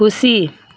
खुसी